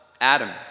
Adam